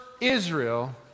Israel